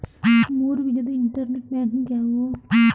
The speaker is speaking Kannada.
ಮೂರು ವಿಧದ ಇಂಟರ್ನೆಟ್ ಬ್ಯಾಂಕಿಂಗ್ ಯಾವುವು?